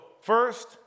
first